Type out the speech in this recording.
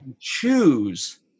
choose